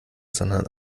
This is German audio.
sondern